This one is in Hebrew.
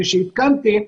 כפי שעדכנתי,